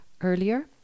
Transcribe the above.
earlier